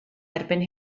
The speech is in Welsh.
erbyn